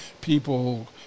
people